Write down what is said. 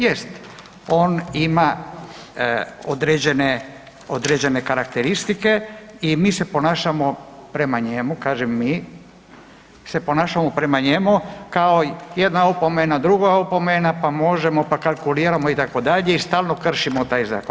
Jest, on ima određene karakteristike i mi se ponašamo prema njemu, kažem mi se ponašamo prema njemu kao jedna opomena, druga opomena, pa možemo, pa kalkuliramo itd. i stalno kršimo taj zakon.